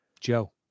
Joe